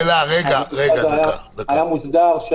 אז זה היה מוסדר שם.